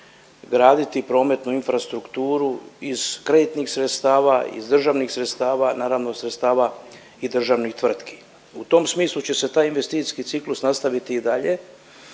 graditi prometnu infrastrukturu iz kreditnih sredstava, iz državnih sredstava, naravno sredstava i državnih tvrtki. U tom smislu će se taj investicijski ciklus nastaviti i dalje,